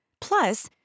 plus